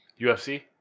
UFC